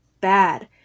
bad